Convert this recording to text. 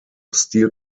steel